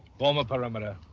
form a perimeter.